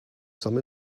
some